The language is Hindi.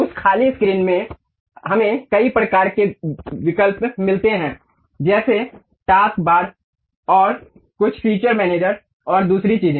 उस खाली स्क्रीन में हमें कई प्रकार के विकल्प मिलते हैं जैसे टास्कबार और कुछ फीचर मैनेजर और दूसरी चीजें